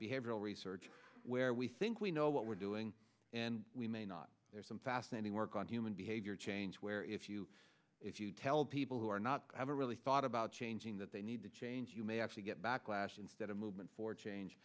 behavioral research where we think we know what we're doing and we may not there's some fascinating work on human behavior change where if you if you tell people who are not i haven't really thought about changing that they need to change you may actually get backlash instead of movement for change